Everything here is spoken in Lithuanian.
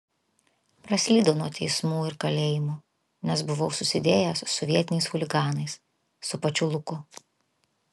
praslydau nuo teismų ir kalėjimų nes buvau susidėjęs su vietiniais chuliganais su pačiu luku